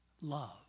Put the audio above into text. love